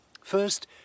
First